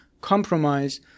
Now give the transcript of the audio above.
compromise